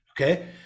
okay